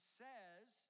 says